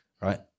right